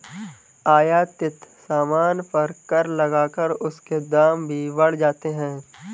आयातित सामान पर कर लगाकर उसके दाम भी बढ़ जाते हैं